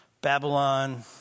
Babylon